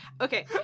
Okay